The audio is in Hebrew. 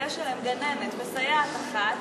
ויש בהם גננת או סייעת אחת,